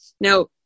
Now